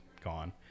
gone